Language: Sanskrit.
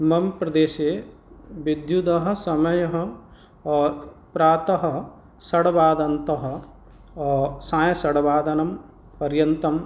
मम प्रदेशे विद्युत्समयः प्रातः षड्वादनतः सायं षड्वादनपर्यन्तं